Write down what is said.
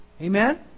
Amen